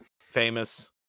famous